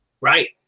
Right